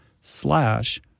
slash